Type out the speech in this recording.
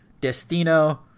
Destino